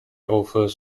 offers